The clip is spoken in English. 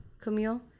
Camille